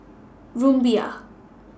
Rumbia